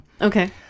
Okay